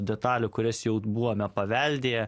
detalių kurias jau buvome paveldėję